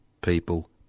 people